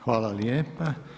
Hvala lijepa.